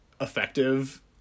effective